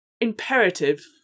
imperative